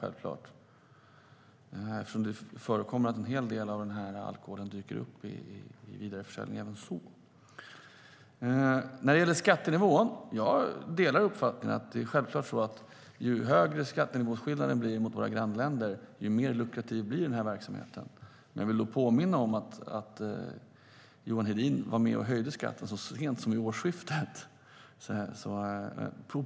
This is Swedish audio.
Det förekommer ju att en hel del av den här alkoholen dyker upp i vidareförsäljningen. Jag delar uppfattningen att ju högre skattenivåskillnaden blir gentemot våra grannländer, desto mer lukrativ blir den här verksamheten. Jag vill dock påminna om att Johan Hedin var med och höjde skatten så sent som vid årsskiftet.